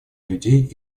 людей